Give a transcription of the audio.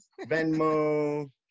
Venmo